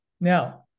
Now